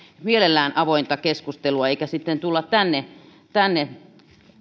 mielellään avointa keskustelua eikä sitten tulla tänne tänne